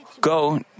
go